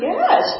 Yes